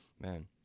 man